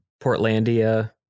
Portlandia